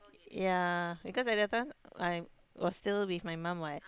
ya because at that time I was still with my mum what